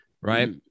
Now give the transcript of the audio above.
right